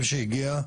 שהגיע,